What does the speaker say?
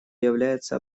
является